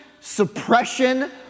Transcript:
suppression